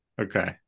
Okay